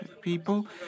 people